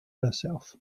herself